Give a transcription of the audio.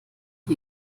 die